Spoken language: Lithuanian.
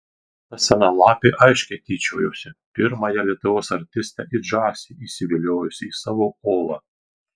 ta sena lapė aiškiai tyčiojosi pirmąją lietuvos artistę it žąsį įsiviliojusi į savo olą